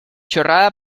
chorrada